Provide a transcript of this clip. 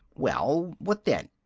well, what then?